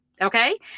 okay